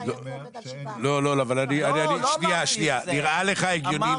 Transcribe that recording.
נראה לך הגיוני,